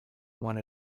one